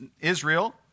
Israel